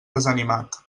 desanimat